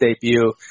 debut